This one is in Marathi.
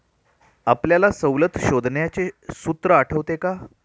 आपल्याला सवलत शोधण्याचे सूत्र आठवते का?